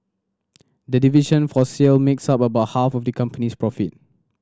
the division for sale makes up about half of the company's profit